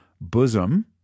bosom